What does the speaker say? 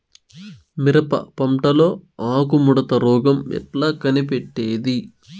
మిరప పంటలో ఆకు ముడత రోగం ఎట్లా కనిపెట్టేది?